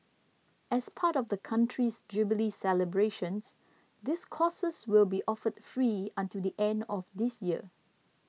as part of the country's jubilee celebrations these courses will be offered free until the end of this year